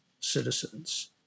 citizens